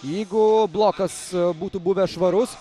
jeigu blokas būtų buvęs švarus